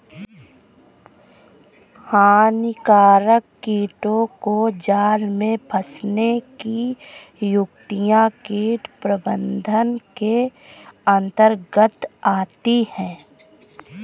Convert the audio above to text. हानिकारक कीटों को जाल में फंसने की युक्तियां कीट प्रबंधन के अंतर्गत आती है